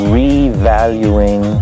revaluing